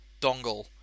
dongle